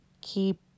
keep